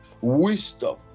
wisdom